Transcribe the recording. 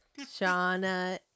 Shauna